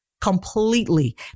completely